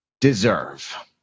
deserve